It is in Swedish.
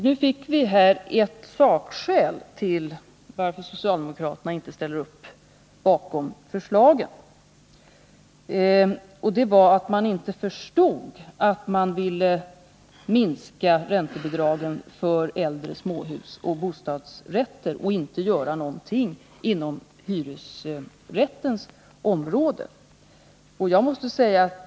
Nu fick vi ett sakskäl till att socialdemokraterna inte ställer sig bakom regeringens förslag. Skälet var att man inte förstod att regeringen ville minska räntebidragen för äldre småhus och bostadsrätter och inte göra någonting inom hyresrättsområdet.